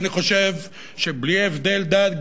ואני חושב שבלי הבדל דת,